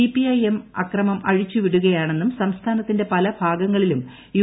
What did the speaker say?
CPI M അക്രമം അഴിച്ചുവിടുകയാണെന്നും സംസ്ഥാനത്തിന്റെ പല ഭാഗങ്ങളിലും യു